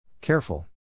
Careful